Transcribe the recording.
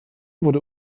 wurde